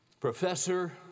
professor